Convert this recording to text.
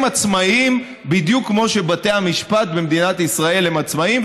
הם עצמאיים בדיוק כמו שבתי המשפט במדינת ישראל הם עצמאיים,